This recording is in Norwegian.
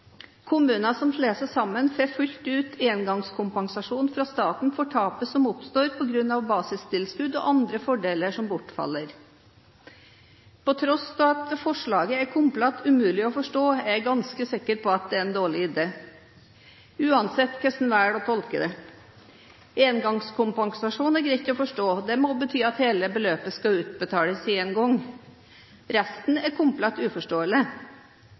Kommuner som slår seg sammen, får full engangskompensasjon fra staten for tapet som oppstår på grunn av at basistilskudd og andre fordeler bortfaller. På tross av at forslaget er komplett umulig å forstå, er jeg ganske sikker på at det er en dårlig idé, uansett hvordan en velger å tolke det. Engangskompensasjon er greit å forstå – det må bety at hele beløpet skal utbetales på én gang. Resten er komplett uforståelig.